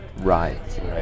Right